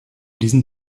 diesem